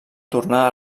tornar